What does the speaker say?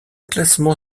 classement